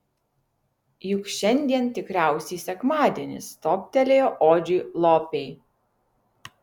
juk šiandien tikriausiai sekmadienis toptelėjo odžiui lopei